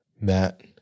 Matt